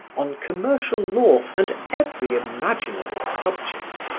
on commercial law and every imaginable subject,